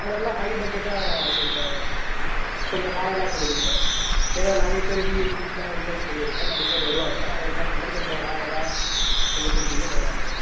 ஆ நல்லா ஹை பட்ஜெட்டாக கொஞ்சம் கொஞ்சம் ராயலாக கொடுங்க சார் ஏன்னா நிறைய பேர் விஐபிஸ்லாம் இன்வைட் பண்ணி இருக்கோம் நிறைய பேர் வருவாங்க அவங்களுக்கு ஏற்ற மாதிரி கொஞ்சம் ராயலாக கொஞ்சம் கொடுத்திங்கன்னா நல்லா இருக்கும்